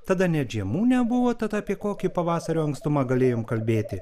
tada net žiemų nebuvo tad apie kokį pavasario ankstumą galėjom kalbėti